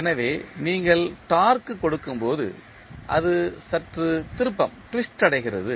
எனவே நீங்கள் டார்க்கு கொடுக்கும் போது அது சற்று திருப்பம் அடைகிறது